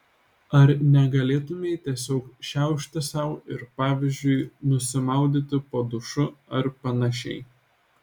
ar negalėtumei tiesiog šiaušti sau ir pavyzdžiui nusimaudyti po dušu ar panašiai